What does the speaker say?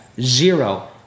zero